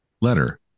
letter